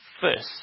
First